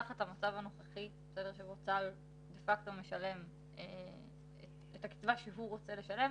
תחת המצב הנוכחי שבו צה"ל דה פקטו משלם את הקצבה שהוא רוצה לשלם,